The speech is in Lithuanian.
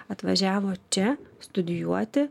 atvažiavo čia studijuoti